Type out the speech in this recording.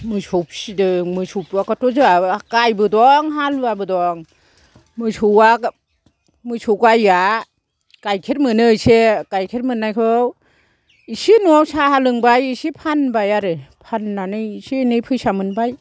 मोसौ फिदों मोसौ आथ' जोंहा गायबो दं हालुयाबो दं मोसौआ मोसौ गायया गायकेर मोनो एसे गायखेर मोननायखौ इसे न'आव साहा लोंबाय इसे फानबाय आरो फानानै इसे एनै फैसा मोनबाय